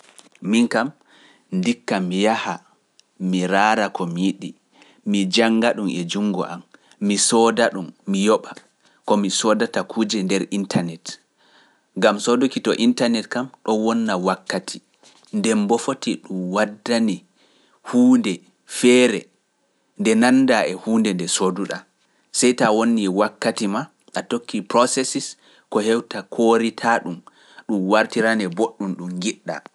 Miin kam ndikka mi yaha, mi raara ko mi yiɗi, mi jannga-ɗum e juunngo am, mi sooda-ɗum, mi yoɓa, komi soodata kuuje nder intanet, ngam sooduki to intanet kam, ɗon wonna wakkati, nden boo foti ɗum waddane huunde feere nde nanndaa e huunde nde soodu-ɗaa, sey ta wonnii wakkati maa, a tokkii proceses ko hewta kooritaa-ɗum, ɗum wartiranee booɗɗum ɗum ngiɗ-ɗaa.